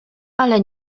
ale